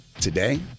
Today